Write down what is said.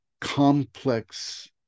complex